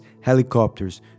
helicopters